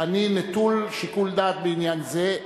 אני נטול שיקול דעת בעניין זה.